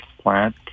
plant